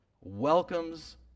welcomes